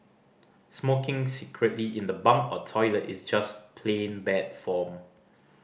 smoking secretly in the bunk or toilet is just plain bad form